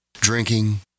Drinking